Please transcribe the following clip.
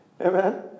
Amen